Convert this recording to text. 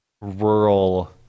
rural